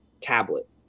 tablet